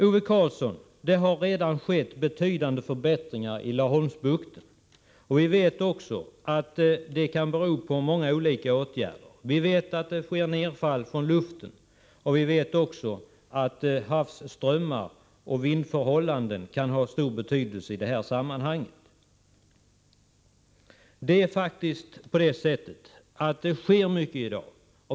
Ove Karlsson, det har redan skett betydande förbättringar i Laholmsbukten. Vi vet också att händelserna där kan bero på många olika åtgärder. Vi vet att det sker nerfall från luften och att havsströmmar och vindförhållanden kan ha stor betydelse i detta sammanhang. Det sker faktiskt mycket i dag.